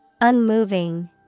Unmoving